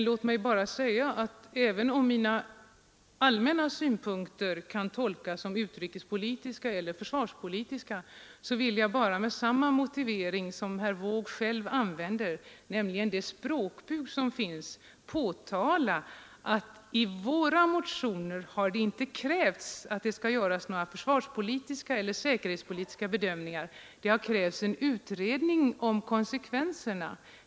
Låt mig bara säga att även om mina allmänna synpunkter kan tolkas som utrikeseller försvarspolitiska vill jag med samma motivering som herr Wååg själv använde, nämligen det språkbruk som råder här i riksdagen, framhålla att det i våra motioner inte har krävts att det skall göras några försvarspolitiska eller säkerhetspolitiska bedömningar. Vi har krävt en utredning om konsekvenserna för olika sektorer av samhället.